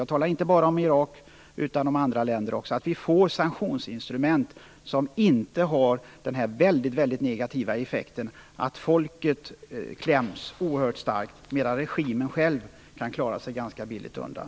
Jag talar inte bara om Irak utan också om andra länder. Vi borde få sanktionsinstrument som inte har får mycket negativa effekten att folket kläms åt mycket hårt, medan regimen klarar sig ganska billigt undan.